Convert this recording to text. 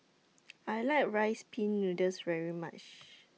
I like Rice Pin Noodles very much